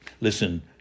Listen